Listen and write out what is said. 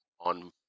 on